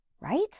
right